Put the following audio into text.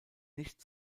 nicht